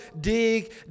Dig